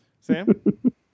Sam